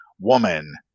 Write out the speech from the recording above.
woman